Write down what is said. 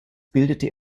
bildete